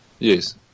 Yes